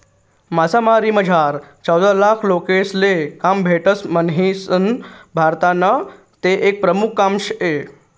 मासामारीमझार चौदालाख लोकेसले काम भेटस म्हणीसन भारतनं ते एक प्रमुख काम शे